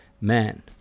man